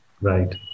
Right